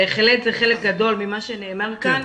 בהחלט זה חלק גדול ממה שנאמר כאן.